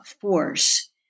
force